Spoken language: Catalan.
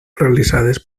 realitzades